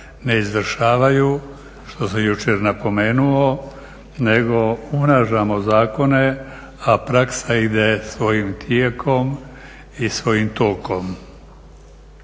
ne izvršavaju što sam jučer napomenuo nego umnažamo zakone a praksa ide svojim tijekom i svojim tokom.